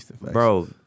Bro